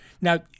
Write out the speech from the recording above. Now